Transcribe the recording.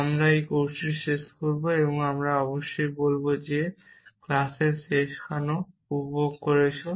আমরা এই কোর্সটি শেষ করব আমি অবশ্যই বলব যে আমি ক্লাসটি শেখানো উপভোগ করেছি